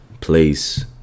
place